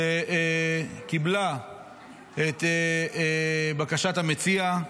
שקיבלה את בקשת המציע,